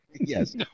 yes